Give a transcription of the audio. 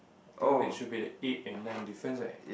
I think that should be the eight and nine difference right